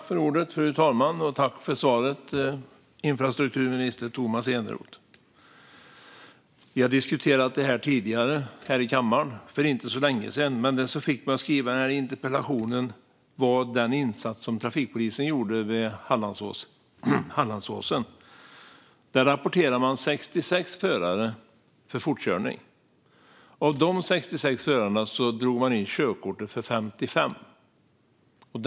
Fru talman! Jag tackar infrastrukturminister Tomas Eneroth för svaret. Vi har diskuterat detta tidigare här i kammaren för inte så länge sedan. Men det som fick mig att skriva denna interpellation var den insats som trafikpolisen gjorde vid Hallandsåsen. Där rapporterade man 66 förare för fortkörning. Av dessa 66 förare drog man in körkortet för 55 förare.